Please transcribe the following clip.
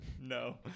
no